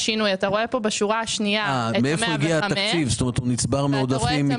בשורה השנייה את ה-105 מיליון ואתה רואה את המינוסים.